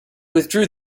withdrew